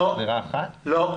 לא.